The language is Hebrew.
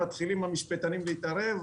מתחילים המשפטנים להתערב,